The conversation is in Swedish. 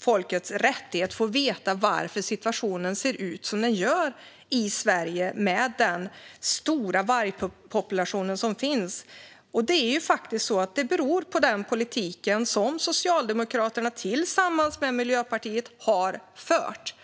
folkets rättighet att få veta varför situationen ser ut som den gör i Sverige med den stora vargpopulation som finns. Det beror på den politik som Socialdemokraterna tillsammans med Miljöpartiet har fört.